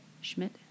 Schmidt